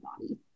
body